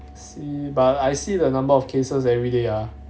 see but I see the number of cases everyday ah